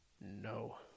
No